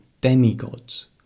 demigods